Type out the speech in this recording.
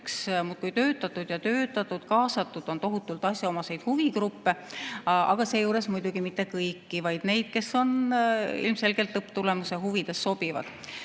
muudkui töötatud ja töötatud. Kaasatud on tohutult asjaomaseid huvigruppe, aga seejuures muidugi mitte kõiki, vaid neid, kes on ilmselgelt lõpptulemuse huvides sobivad.